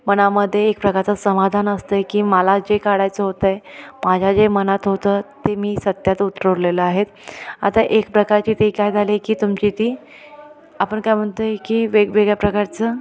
मनामध्ये एका प्रकारचं समाधान असतं आहे की मला जे काढायचं होतं माझ्या जे मनात होतं ते मी सत्यात उतरवलेलं आहेत आता एक प्रकारची ते काय झाले की तुमची ती आपण काय म्हणतो आहे की वेगवेगळ्या प्रकारचं